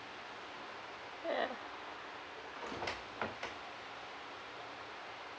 yeah